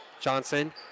Johnson